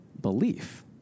belief